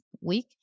week